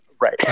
right